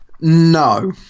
No